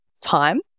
time